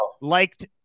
Liked